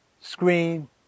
screen